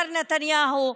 מר נתניהו,